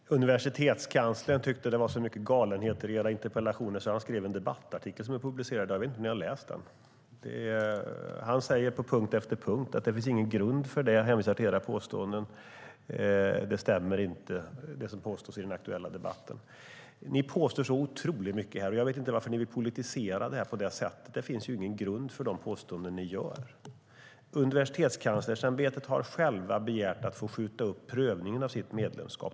Herr talman! Universitetskanslern tyckte att det var så mycket galenheter i era interpellationer att han skrev en debattartikel som publicerades i dag. Jag vet inte om ni har läst den. Han skriver att det på punkt efter punkt saknas grund för era påståenden. Ni påstår så otroligt mycket. Jag vet inte varför ni vill politisera det här på det sättet. Det finns ingen grund för de påståenden ni gör. Universitetskanslersämbetet självt har begärt att få skjuta upp prövningen av sitt medlemskap.